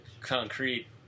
concrete